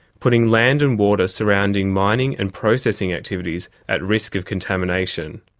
putting land and water surrounding mining and processing activities at risk of contamination.